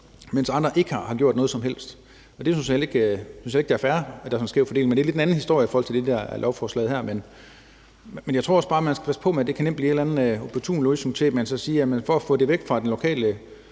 mens andre ikke har gjort noget som helst. Jeg synes heller ikke, det er fair, at der er sådan en skæv fordeling, men det er lidt en anden historie i forhold til det, der er lovforslaget her. Men jeg tror også bare, man skal passe på med det. Det kan nemt blive en opportun løsning at sige, at for at få det væk fra den lokale